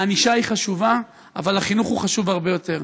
הענישה חשובה, אבל החינוך חשוב הרבה יותר.